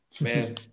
Man